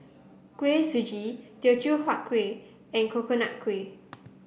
Kuih Suji Teochew Huat Kuih and Coconut Kuih